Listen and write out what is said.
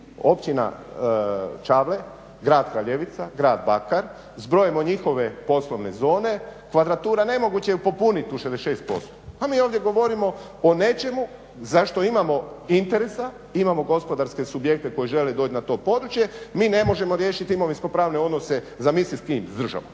općina Čavle, grad Kraljevica, grad Bakar, zbrojimo njihove poslovne zone, kvadratura nemoguće ju popuniti u 66% a mi ovdje govorimo o nečemu zašto imamo interesa, imamo gospodarske subjekte koji žele doći na to područje. Mi ne možemo riješiti imovinsko pravne odnose zamisli s kim s državom